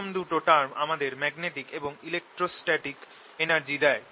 প্রথম দুটো টার্ম আমাদের ম্যাগনেটিক এবং ইলেকট্রস্ট্যাটিক এনার্জি দেয়